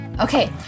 Okay